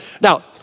Now